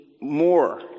more